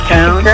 Town